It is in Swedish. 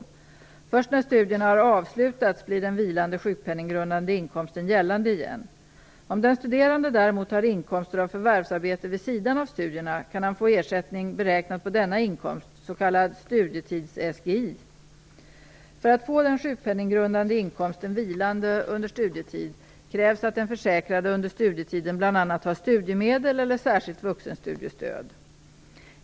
Först när studierna har avslutats blir den vilande sjukpenninggrundande inkomsten gällande igen. Om den studerande däremot har inkomster av förvärvsarbete vid sidan av studierna kan han få ersättning beräknad på denna inkomst, s.k. studietids-SGI. För att få den sjukpenninggrundande inkomsten vilande under studietid krävs att den försäkrade under studietiden bl.a. har studiemedel eller särskilt vuxenstudiestöd.